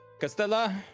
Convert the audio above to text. Castella